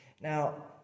Now